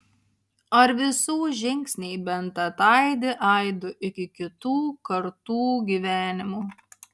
ar visų žingsniai bent ataidi aidu iki kitų kartų gyvenimų